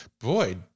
boy